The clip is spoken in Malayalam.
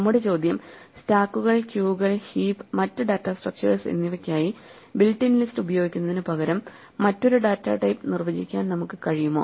നമ്മുടെ ചോദ്യം സ്റ്റാക്കുകൾ ക്യൂകൾ ഹീപ്പ് മറ്റ് ഡാറ്റാ സ്ട്രക്ചേഴ്സ് എന്നിവയ്ക്കായി ബിൽറ്റ് ഇൻ ലിസ്റ്റ് ഉപയോഗിക്കുന്നതിനുപകരം മറ്റൊരു ഡാറ്റാ ടൈപ്പ് നിർവ്വചിക്കാൻ നമുക്ക് കഴിയുമോ